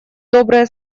добрые